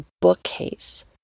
bookcase